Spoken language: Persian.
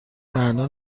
معنا